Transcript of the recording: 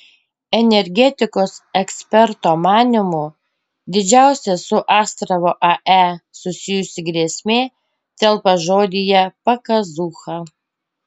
energetikos eksperto manymu didžiausia su astravo ae susijusi grėsmė telpa žodyje pakazūcha